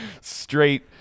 straight